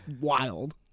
wild